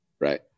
right